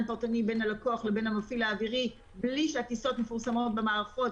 פרטני בין הלקוח לבין המפעיל האוויר בלי שהטיסות מפורסמות במערכות